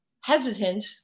hesitant